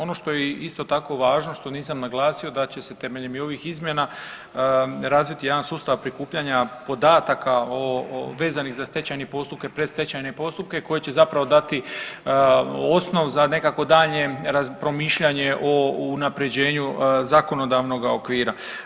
Ono što je isto tako važno što nisam naglasio da će se temeljem i ovih izmjena razviti jedan sustav prikupljanja podataka vezanih za stečajne postupke, predstečajne postupke koje će zapravo dati osnov za nekakvo daljnje promišljanje o unapređenju zakonodavnoga okvira.